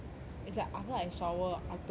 it's like after I shower I don't touch my